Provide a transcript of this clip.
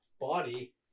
body